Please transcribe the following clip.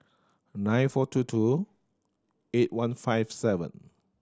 nine four two two eight one five seven